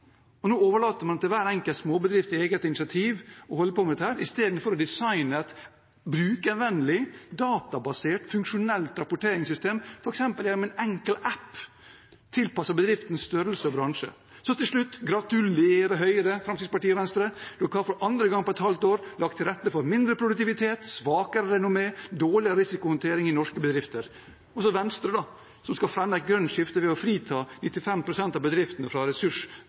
studier. Nå overlater man til hver enkelt småbedrifts eget initiativ å holde på med dette i stedet for å designe et brukervennlig, databasert og funksjonelt rapporteringssystem, f.eks. en enkel app tilpasset bedriftens størrelse og bransje. Så til slutt: Gratulerer til Høyre, Fremskrittspartiet og Venstre, som for andre gang på et halvt år har lagt til rette for mindre produktivitet, svakere renommé og dårligere risikohåndtering i norske bedrifter! Og så Venstre, da, som skal fremme et grønt skifte ved å frita 95 pst. av bedriftene